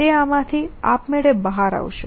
refer time 4656 તે આમાંથી આપમેળે બહાર આવશે